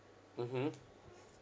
mmhmm